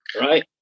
right